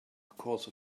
because